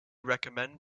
recommend